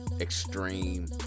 extreme